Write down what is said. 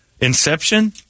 Inception